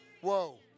Whoa